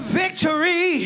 victory